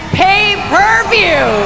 pay-per-view